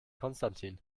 konstantin